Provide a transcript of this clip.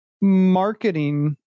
marketing